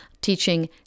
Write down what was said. teaching